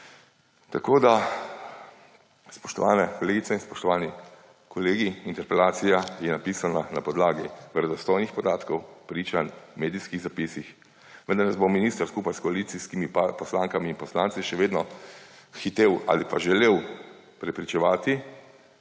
biti. Spoštovane kolegice in spoštovani kolegi, interpelacija je napisana na podlagi verodostojnih podatkov, pričanj, medijskih zapisih, vendar nas bo minister skupaj s koalicijskimi poslankami in poslanci še vedno hitel ali pa želel prepričevati,